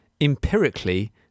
empirically